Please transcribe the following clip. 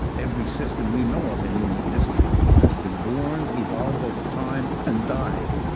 every system we know of in human history has been born, evolved over time, and died.